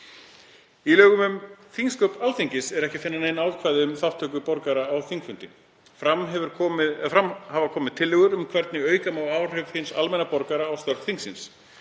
Í lögum um þingsköp Alþingis er ekki að finna nein ákvæði um þátttöku almennra borgara á þingfundi. Fram hafa komið tillögur um hvernig auka megi áhrif hins almenna borgara á störf þingsins.